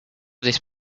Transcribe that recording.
this